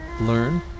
learn